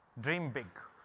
dream big.